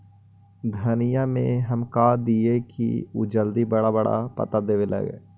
धनिया में का दियै कि उ जल्दी बड़ा बड़ा पता देवे लगै?